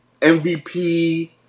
mvp